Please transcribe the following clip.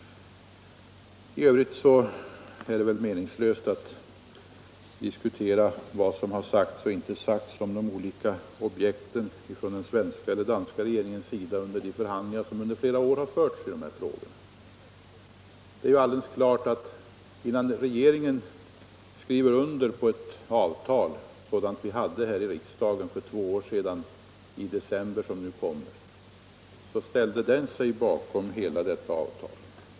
I övrigt är det väl meningslöst att diskutera vad som har sagts och inte sagts om de olika objekten från den svenska eller den danska regeringens sida vid de förhandlingar som under flera år har förts i dessa frågor. Det är klart att innan svenska regeringen skrev under ett avtal sådant som det vi behandlade här i riksdagen i december 1973, så hade regeringen ställt sig bakom hela detta avtal.